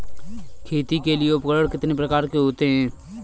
खेती के लिए उपकरण कितने प्रकार के होते हैं?